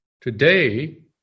today